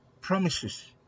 promises